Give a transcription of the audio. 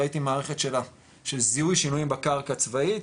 ראיתי מערכת שלה של זיהוי שינויים בקרקע צבאית,